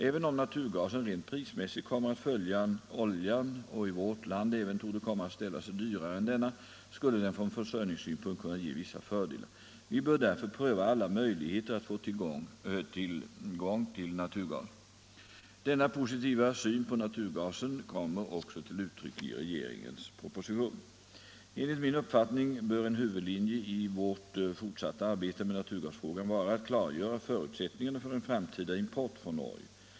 Även om naturgasen rent prismässigt kommer att följa oljan — och i vårt land även torde komma att ställa sig dyrare än denna — skulle den från försörjningssynpunkt kunna ge vissa fördelar. Vi bör därför pröva alla möjligheter att få tillgång till naturgas. Denna positiva syn på naturgasen kommer också till uttryck i regeringens proposition. Enligt min uppfattning bör en huvudlinje i vårt fortsatta arbete med naturgasfrågan vara att klargöra förutsättningarna för en framtida import från Norge.